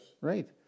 Right